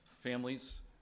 families